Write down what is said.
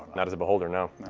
not as a beholder, no.